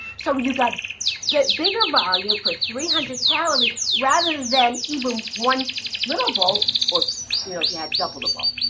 so you got that bigger volume for three hundred calories, rather than even one little bowl or you know you had double the bowl.